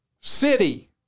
city